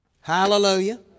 hallelujah